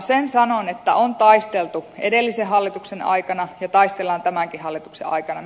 sen sanon että on taisteltu edellisen hallituksen aikana ja taistellaan tämänkin hallituksen aikana